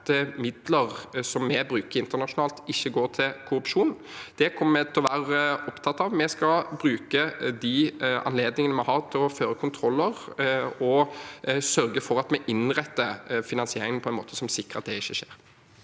at midler som vi bruker internasjonalt, ikke går til korrupsjon. Det kommer vi til å være opptatt av. Vi skal bruke de anledningene vi har til å føre kontroller og sørge for at vi innretter finansieringen på en måte som sikrer at det ikke skjer.